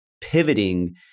pivoting